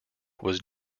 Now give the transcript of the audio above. was